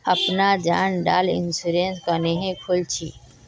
अपना जान डार इंश्योरेंस क्नेहे खोल छी?